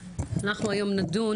אנחנו היום נדון,